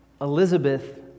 Elizabeth